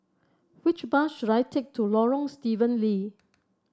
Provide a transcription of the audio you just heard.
which bus should I take to Lorong Stephen Lee